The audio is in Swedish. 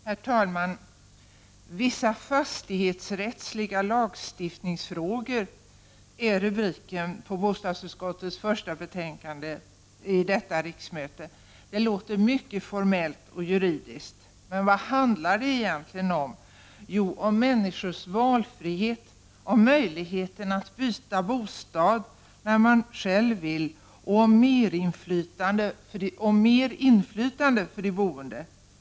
Herr talman! ”Vissa fastighetsrättsliga lagstiftningsfrågor m.m.” är rubriken på bostadsutskottets första betänkande detta riksmöte. Det låter mycket formellt och juridiskt. Men vad handlar det egentligen om? Jo, om människors valfrihet, om möjligheten att byta bostad om man själv vill och om mer inflytande för de boende.